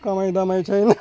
कमाइदमाइ छैन